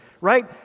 right